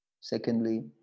secondly